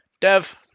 Dev